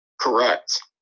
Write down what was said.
Correct